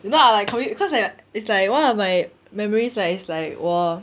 you know I because like it's like one of my memories like it's like 我